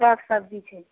सक सब्जी छै